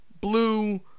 blue